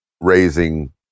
raising